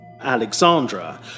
Alexandra